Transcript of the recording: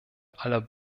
aller